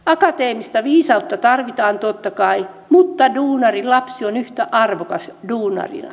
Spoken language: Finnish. akateemista viisautta tarvitaan totta kai mutta duunarin lapsi on yhtä arvokas duunarina